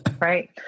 Right